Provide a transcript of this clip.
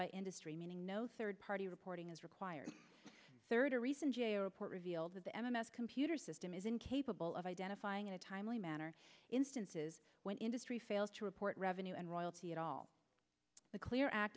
by industry meaning no third party reporting is required third a recent g a o report revealed that the m m s computer system is incapable of identifying in a timely manner instances when industry failed to report revenue and royalty at all the clear act